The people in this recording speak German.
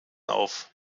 auf